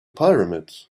pyramids